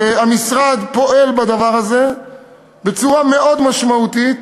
והמשרד פועל בדבר הזה בצורה מאוד משמעותית,